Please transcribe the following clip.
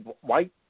white